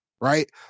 right